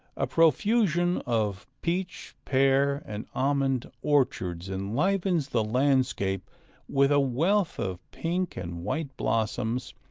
a profusion of peach, pear, and almond orchards enlivens the landscape with a wealth of pink and white blossoms,